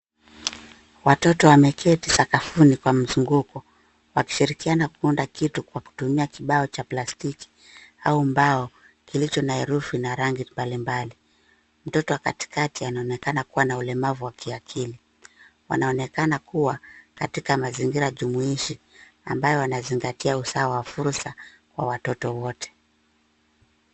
Watoto wameketi sakufuni kwa mzunguko wakishirikiana kuunda kitu kwa kutumia kibao cha plastiki au mbao kilicho na herufi na rangi mbalimbali. Mtoto wa katikati anaonekana kuwa na ulemavu wa kiakili. Wanaonekana kuwa katika mazingira jumuishi ambayo wanazingatia usawa wa fursa kwa watoto wote.